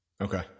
Okay